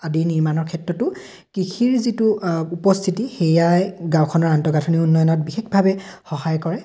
আদি নিৰ্মাণৰ ক্ষেত্ৰতো কৃষিৰ যিটো উপস্থিতি সেইয়াই গাঁওখনৰ আন্তঃগাঁথনি উন্নয়নত বিশেষভাৱে সহায় কৰে